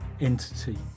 entity